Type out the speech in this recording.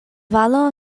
valo